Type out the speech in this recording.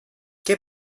què